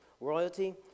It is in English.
royalty